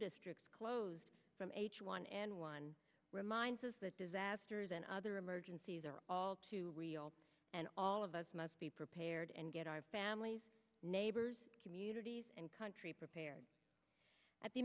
districts close h one n one reminds us that disasters and other emergencies are all too real and all of us must be prepared and get our families neighbors communities and country prepared at the